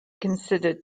considered